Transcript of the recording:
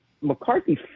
McCarthy